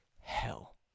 hell